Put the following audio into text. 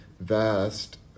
vast